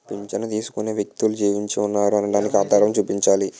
పింఛను తీసుకునే వ్యక్తులు జీవించి ఉన్నారు అనడానికి ఆధారం చూపించాలి